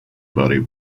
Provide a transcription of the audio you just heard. body